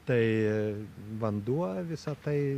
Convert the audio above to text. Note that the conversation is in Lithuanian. tai vanduo visa tai